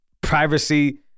privacy